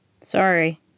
Sorry